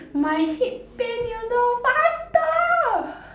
my hip pain you know faster